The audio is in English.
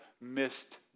missed